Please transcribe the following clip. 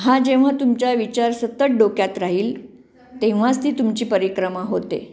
हा जेव्हा तुमच्या विचार सतत डोक्यात राहील तेव्हाच ती तुमची परिक्रमा होते